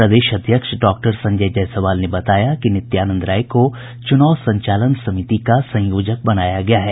प्रदेश अध्यक्ष डॉक्टर संजय जायसवाल ने बताया कि नित्यानंद राय को चुनाव संचालन समिति का संयोजक बनाया गया है